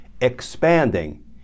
expanding